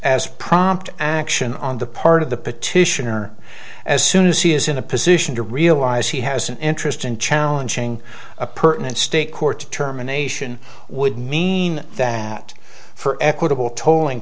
as prompt action on the part of the petitioner as soon as he is in a position to realize he has an interest in challenging a permanent state court terminations would mean that for equitable tolling